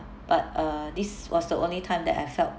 but uh this was the only time that I felt